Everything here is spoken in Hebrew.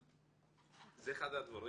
זה אחד הדברים